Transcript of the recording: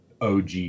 OG